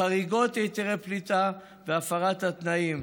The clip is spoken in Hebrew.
בחריגות מהיתרי הפליטה ובהפרת התנאים.